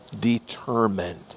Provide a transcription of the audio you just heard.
determined